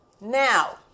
Now